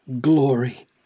glory